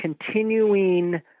continuing